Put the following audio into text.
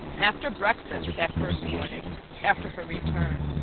after breakfast that first morning after her return,